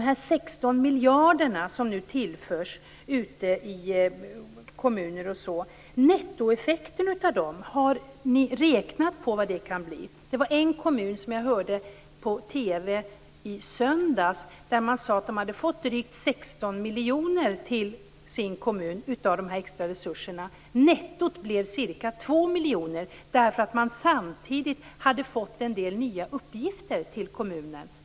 Har ni räknat på nettoeffekten av de 16 miljarder kronor som tillförs kommunerna? I söndags talades det i TV om en kommun som hade fått drygt 16 miljoner kronor av de extra resurserna. Netto fick man dock ca 2 miljoner kronor. Staten hade nämligen samtidigt lämpat över en del nya uppgifter på kommunen.